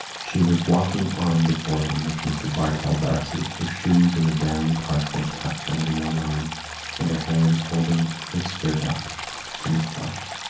she was walking on before him with mr. bartell d'arcy, her shoes in a brown parcel tucked under one arm and her hands holding her skirt up from the slush.